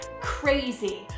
crazy